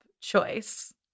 choice